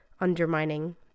undermining